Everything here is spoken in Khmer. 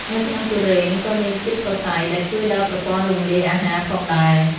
នៅក្នុងទុរេន ក៏មានជាតិសរសៃ ដែលជួយដល់ប្រព័ន្ធរំលាយអាហារផងដែរ។